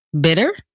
bitter